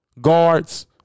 Guards